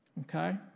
Okay